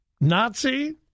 Nazi